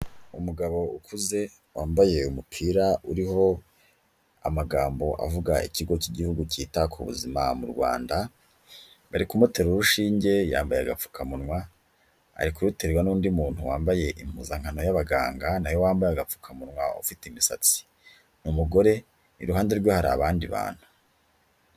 Umugabo ukuze, wambaye umupira uriho amagambo avuga Ikigo cy'Igihugu cyita ku Buzima mu Rwanda, bari kumuteraru urushinge yambaye agapfukamunwa, ari kuruterwa n'undi muntu wambaye impuzankano y'abaganga na we wambaye agapfukamunwa ufite imisatsi. Ni umugore, iruhande rwe hari abandi bantu.